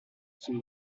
son